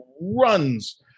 runs